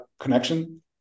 connection